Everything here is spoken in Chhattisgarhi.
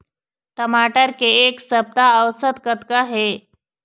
टमाटर के एक सप्ता औसत कतका हे?